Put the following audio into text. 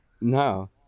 No